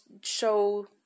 show